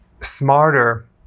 smarter